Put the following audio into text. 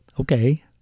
Okay